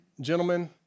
gentlemen